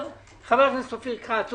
אומר חבר הכנסת אופיר כץ,